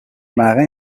marin